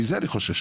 מזה אני חושש.